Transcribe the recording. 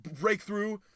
breakthrough